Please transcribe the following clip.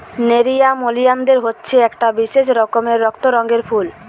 nerium oleander হচ্ছে একটা বিশেষ রকমের রক্ত রঙের ফুল